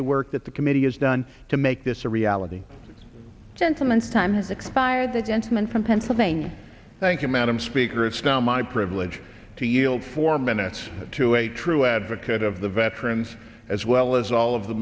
the work that the committee has done to make this a reality gentleman's time has expired the gentleman from pennsylvania thank you madam speaker it's now my privilege to yield four minutes to a true advocate of the veterans as well as all of